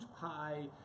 pie